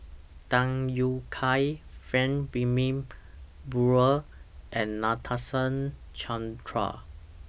Tham Yui Kai Frank Wilmin Brewer and Nadasen Chandra